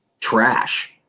trash